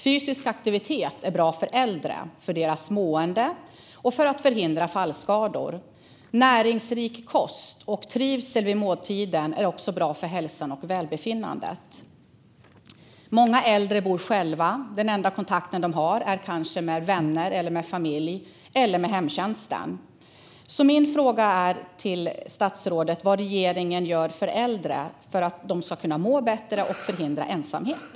Fysisk aktivitet är bra för äldre, för deras mående och för att förhindra fallskador. Näringsrik kost och trivsel vid måltiden är också bra för hälsan och välbefinnandet. Många äldre bor ensamma. Den enda kontakten de har är kanske med vänner eller familj - eller med hemtjänsten. Min fråga till statsrådet är vad regeringen gör för äldre för att de ska må bättre och för att förhindra ensamhet.